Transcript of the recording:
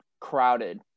crowded